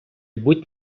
будь